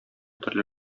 төрле